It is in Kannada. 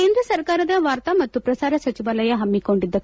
ಕೇಂದ್ರ ಸರ್ಕಾರದ ವಾರ್ತಾ ಮತ್ತು ಪ್ರಸಾರ ಸಚಿವಾಲಯ ಹಮ್ನಿಕೊಂಡಿದ್ದು